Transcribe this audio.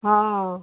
ਹਾਂ ਹਾਂ